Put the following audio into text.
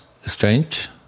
strange